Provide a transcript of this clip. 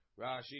Rashi